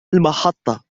المحطة